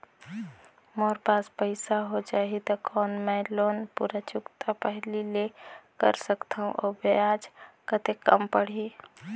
मोर पास पईसा हो जाही त कौन मैं लोन पूरा चुकता पहली ले कर सकथव अउ ब्याज कतेक कम पड़ही?